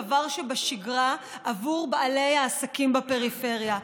הוא דבר שבשגרה עבור בעלי העסקים בפריפריה,